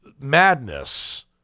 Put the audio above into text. madness